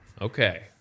Okay